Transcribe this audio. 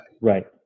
Right